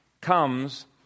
comes